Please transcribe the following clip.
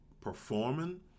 performing